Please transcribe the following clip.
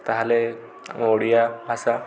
ତାହେଲେ ଆମ ଓଡ଼ିଆ ଭାଷା